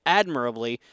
admirably